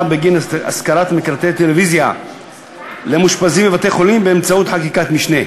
בגין השכרת מקלטי טלוויזיה למאושפזים בבתי-חולים באמצעות חקיקת משנה.